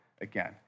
again